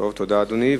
תודה, אדוני.